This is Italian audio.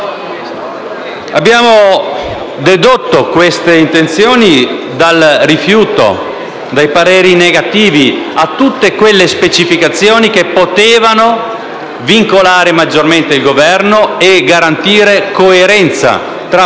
Abbiamo dedotto queste intenzioni dal rifiuto e dai pareri negativi dati su tutte le specificazioni che potevano vincolare maggiormente il Governo e garantire coerenza tra parole e fatti,